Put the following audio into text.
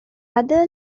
other